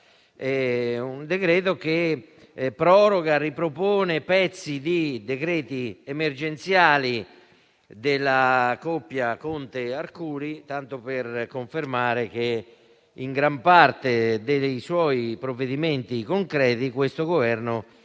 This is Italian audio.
un decreto-legge che proroga e ripropone pezzi di decreti emergenziali della coppia Conte-Arcuri, tanto per confermare che, in gran parte dei suoi provvedimenti concreti, questo Governo